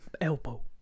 elbow